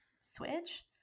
switch